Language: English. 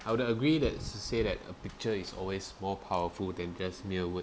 I would to agree that s~ say that a picture is always more powerful than just mere word